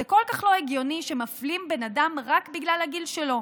זה כל כך לא הגיוני שמפלים בן אדם רק בגלל הגיל שלו.